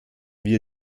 wir